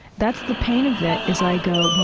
that's the pain of it, is i go,